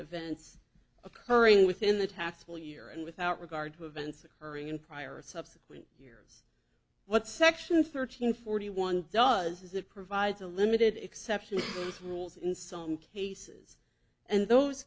events occurring within the taxable year and without regard to events occurring in prior subsequent what section thirteen forty one does is it provides a limited exception rules in some cases and those